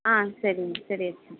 ஆ சரிங்க சரி